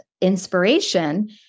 inspiration